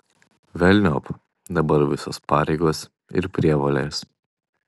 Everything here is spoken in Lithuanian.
velniop dabar visos pareigos ir prievolės